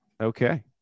Okay